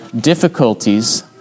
difficulties